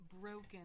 broken